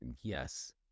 yes